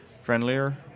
friendlier